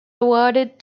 awarded